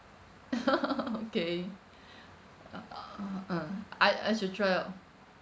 okay uh (uh huh) um I as a child